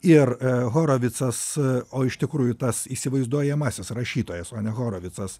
ir horovicas o iš tikrųjų tas įsivaizduojamasis rašytojas o ne horovicas